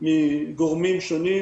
מגורמים שונים.